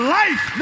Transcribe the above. life